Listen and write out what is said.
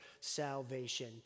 salvation